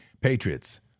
patriots